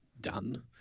done